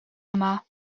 yma